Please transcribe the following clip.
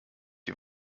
die